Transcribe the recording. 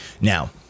now